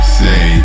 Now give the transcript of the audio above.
say